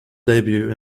debut